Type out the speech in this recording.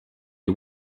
les